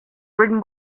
written